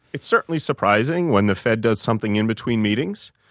it's certainly surprising when the fed does something in between meetings.